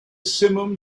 simum